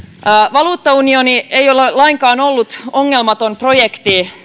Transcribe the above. valuuttaunioni ei ole lainkaan ollut ongelmaton projekti